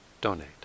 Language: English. donate